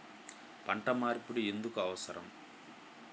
పంట మార్పిడి ఎందుకు అవసరం?